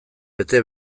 bete